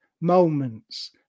moments